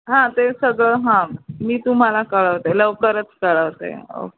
हां ते सगळं हां मी तुम्हाला कळवते लवकरच कळवते ओक